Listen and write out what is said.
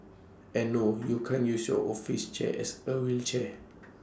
and no you can't use your office chair as A wheelchair